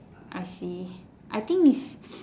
I see I think is